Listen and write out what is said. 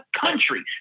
country